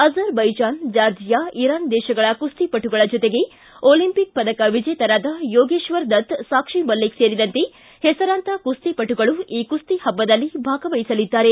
Azerbaijan Georgia Iran ದೇಶಗಳ ಕುಸ್ತಿಪಟುಗಳ ಜೊತೆಗೆ ಒಲಂಪಿಕ್ ಪದಕ ವಿಜೇತರಾದ ಯೋಗೇಶ್ವರ ದತ್ ಸಾಕ್ಷಿ ಮಲಿಕ್ ಸೇರಿದಂತೆ ಹೆಸರಾಂತ ಕುಸ್ತಿ ಪಟುಗಳು ಈ ಕುಸ್ತಿ ಹಬ್ಬದಲ್ಲಿ ಭಾಗವಹಿಸಲಿದ್ದಾರೆ